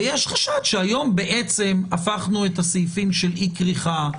ויש חשד שהיום בעצם הפכנו את הסעיפים של אי כריכה,